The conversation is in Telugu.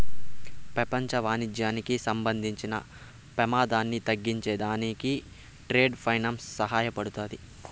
పెపంచ వాణిజ్యానికి సంబంధించిన పెమాదాన్ని తగ్గించే దానికి ట్రేడ్ ఫైనాన్స్ సహాయపడతాది